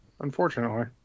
unfortunately